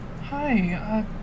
Hi